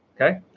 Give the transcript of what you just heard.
okay